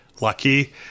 lucky